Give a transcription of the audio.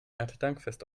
erntedankfest